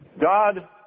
God